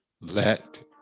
let